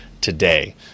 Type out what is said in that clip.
today